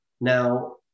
now